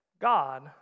God